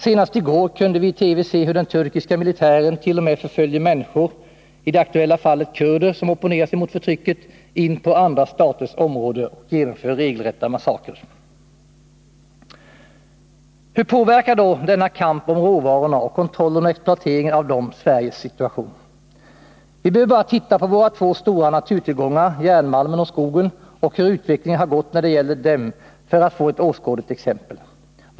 Senast i går kunde vi i TV se hur den turkiska militären t.o.m. förföljer människor — i det aktuella fallet kurder som opponerar sig mot förtrycket — in på andra staters område och genomför regelrätta massakrer. Hur påverkar då kampen om råvarorna och kontrollen och exploateringen av dem Sveriges situation? Vi behöver bara titta på våra två stora naturtillgångar, järnmalmen och skogen, och hur utvecklingen har gått när det gäller dem för att få ett åskådligt exempel.